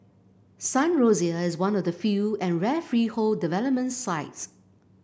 Sun Rosier is one of the few and rare freehold development sites